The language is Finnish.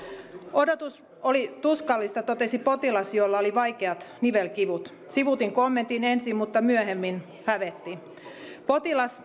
odotus oli tuskallista totesi potilas jolla oli vaikeat nivelkivut sivuutin kommentin ensin mutta myöhemmin hävetti potilas